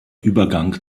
übergang